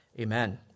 amen